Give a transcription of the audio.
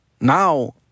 now